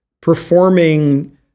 performing